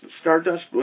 Stardust